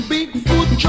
Bigfoot